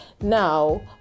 Now